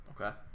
Okay